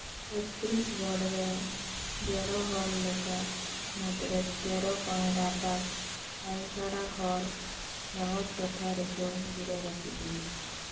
ᱪᱷᱚᱛᱛᱨᱤᱥ ᱜᱚᱲ ᱨᱮ ᱡᱚᱲᱚ ᱦᱚᱲᱞᱮᱠᱟ ᱢᱩᱫᱽ ᱨᱮ ᱛᱮᱨᱚ ᱯᱚᱭᱮᱱᱴ ᱟᱴᱷᱟᱥ ᱥᱟᱭᱠᱟᱲᱟ ᱦᱚᱲ ᱥᱚᱦᱚᱨ ᱴᱚᱴᱷᱟ ᱨᱮᱠᱚ ᱜᱤᱨᱟᱹ ᱵᱟᱹᱥᱤᱜ ᱠᱟᱱᱟ